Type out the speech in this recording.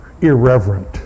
irreverent